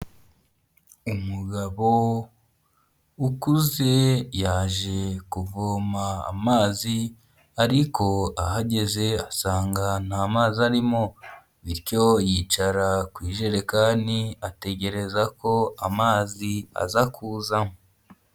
Umugabo ukuze yaje kuvoma amazi ariko ahageze asanga nta mazi arimo, bityo yicara ku ijerekani ategereza ko amazi aza kuza.